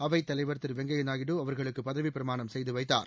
அவைத் தலைவர் திரு வெங்கையா நாயுடு அவர்களுக்கு பதவிப்பிரமாணம் செய்து வைத்தார்